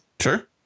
Sure